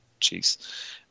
jeez